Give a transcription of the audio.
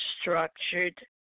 structured